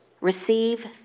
Receive